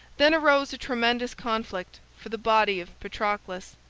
then arose a tremendous conflict for the body of patroclus,